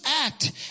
act